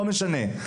לא משנה.